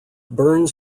burns